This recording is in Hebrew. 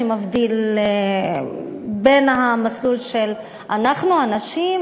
שמבדיל בין המסלול של אנחנו הנשים,